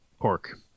pork